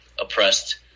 oppressed